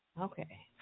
Okay